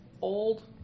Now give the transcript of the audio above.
Old